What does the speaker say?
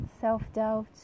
self-doubt